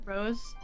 Rose